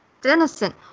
Denison